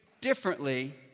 differently